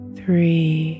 three